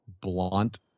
blunt